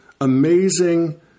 amazing